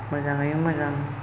मोजाङै मोजां